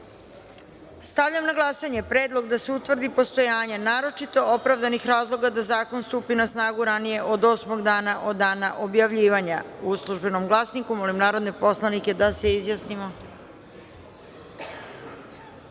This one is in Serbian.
amandman. Stavljam na glasanje predlog da se utvrdi postojanje naročito opravdanih razloga da zakon stupi na snagu ranije od osam dana od dana objavljivanja u „Službenom glasniku“.Molim narodne poslanike da se